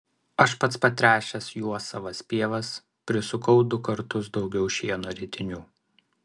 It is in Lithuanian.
aš pats patręšęs juo savas pievas prisukau du kartus daugiau šieno ritinių